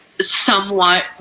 somewhat